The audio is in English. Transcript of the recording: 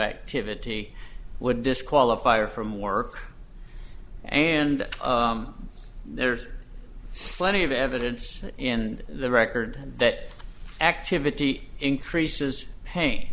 activity would disqualify her from work and there's plenty of evidence in the record that activity increases pain